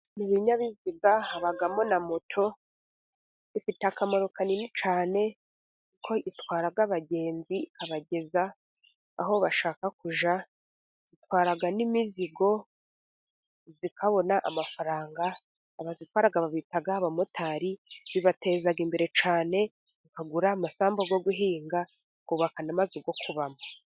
Mu binyabiziga habamo na moto, bifite akamaro kanini cyane, ko itwara abagenzi ikabageza aho bashaka kujya, zitwara n'imizigo, zikabona amafaranga, abazitwara babita abamotari, bibateza imbere cyane, bakagura amasambu yo guhinga, bakubaka n'amazu yo kubamo.